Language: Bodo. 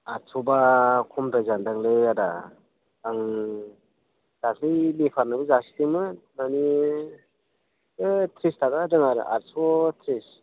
आठस'ब्ला खमद्राय जागोनदांलै आदा आं सासे बेफारनोबो जासिदोंमोन माने हैद त्रिस थाखा आठस' त्रिस